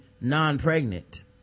non-pregnant